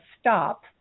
stop